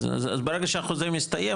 אז ברגע שהחוזה מסתיים,